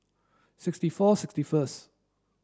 sixty four sixty first